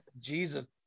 Jesus